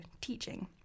teaching